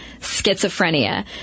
schizophrenia